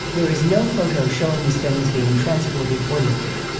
there is no photo showing the stones being transported or lifted.